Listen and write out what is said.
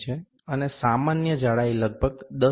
અને સામાન્ય જાડાઈ લગભગ 10 મી